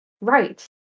Right